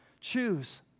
Choose